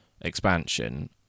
expansion